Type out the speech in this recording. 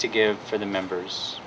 to give for the members